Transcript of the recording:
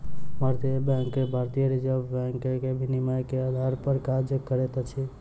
भारतीय बैंक भारतीय reserve bank के विनियमन के आधार पर काज करैत अछि